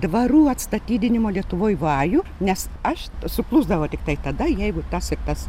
dvarų atstatydinimo lietuvoj vajų nes aš suklusdavau tiktai tada jeigu tas ir tas